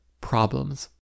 problems